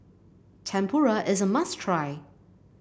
tempura is a must try